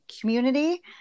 community